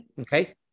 Okay